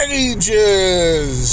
ages